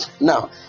now